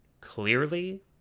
clearly